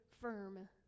firm